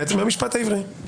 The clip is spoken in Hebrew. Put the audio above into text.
מהמשפט העברי.